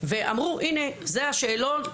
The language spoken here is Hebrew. ואמרו זה השאלון.